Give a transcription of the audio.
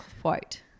quote